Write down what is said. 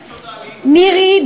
מירי,